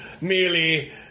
Merely